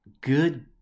Good